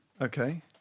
Okay